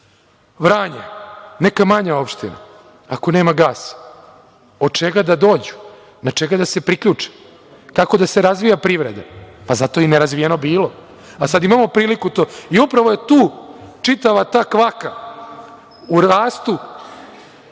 Vranje, neka manja opština, ako nema gasa? Od čega da dođu? Na čega da se priključe? Kako da se razvija privreda? Zato je i nerazvijeno bilo. Sada imamo priliku. I upravo je tu čitava ta kvaka, u rastu,